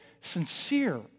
sincere